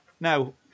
Now